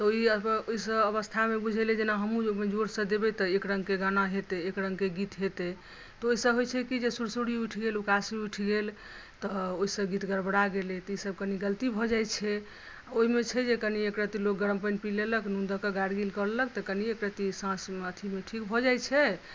तँ ओहिसब अबस्थामे बुझेलै जे जेना हमहूँ जँ ओहिमे जोरसँ देबै तँ एकरङ्ग के गाना हेतै एकरङ्गके गीत हेतै तँ ओहिसँ होइ छै कि जे सुरसुरी उठि गेल उकासी उठि गेल तँ ओहिसँ गीत गरबड़ा गेलै तँ ई सब कने गलती भऽ जाइ छै ओहिमे छै जे कनी एकरत्ती लोक गरम पानि पी लेलक नून दऽ कऽ गारगिल कऽ लेलक तँ कनी एकरत्ती साँसमे अथीमे ठीक भऽ जाइ छै